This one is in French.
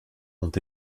ont